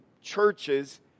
churches